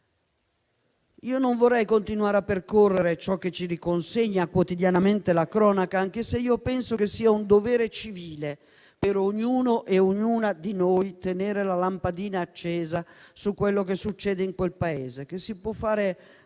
Non vorrei continuare a percorrere ciò che ci riconsegna quotidianamente la cronaca, anche se penso sia un dovere civile per ognuno e ognuna di noi tenere la lampadina accesa su quello che succede in quel Paese,